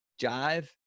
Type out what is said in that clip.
jive